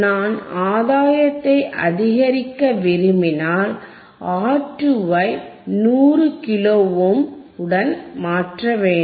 நான் ஆதாயத்தை அதிகரிக்க விரும்பினால் R2 ஐ 100 கிலோ ஓம் உடன் மாற்ற வேண்டும்